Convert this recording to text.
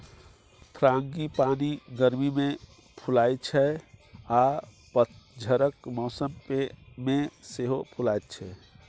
frangipani गर्मी मे फुलाइ छै आ पतझरक मौसम मे सेहो फुलाएत छै